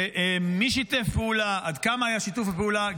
מי שיתף פעולה, עד כמה היה שיתוף הפעולה.